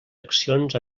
accions